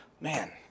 man